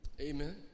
Amen